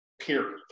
Period